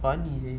funny leh